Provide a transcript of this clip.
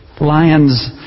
Lions